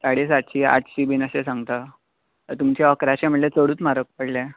साडे सात्शी आठ्शी बीन अशे सांगता तुमचे इकराशें म्हणल्यार चडूच म्हारग पडले